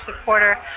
supporter